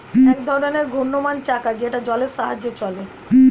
এক ধরনের ঘূর্ণায়মান চাকা যেটা জলের সাহায্যে চলে